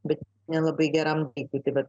bet nelabai geram